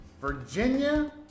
Virginia